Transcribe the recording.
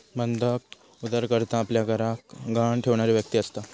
बंधक उधारकर्ता आपल्या घराक गहाण ठेवणारी व्यक्ती असता